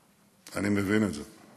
אני מבין את זה.